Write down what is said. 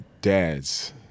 dads